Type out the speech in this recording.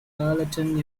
carleton